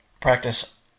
practice